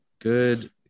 Good